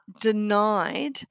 denied